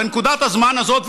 בנקודת הזמן הזאת,